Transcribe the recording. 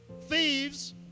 thieves